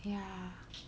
ya